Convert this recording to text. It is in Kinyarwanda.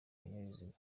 ibinyabiziga